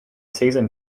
season